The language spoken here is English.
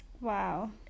wow